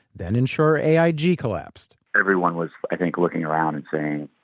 then insurer aig collapsed everyone was looking around and saying